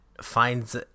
finds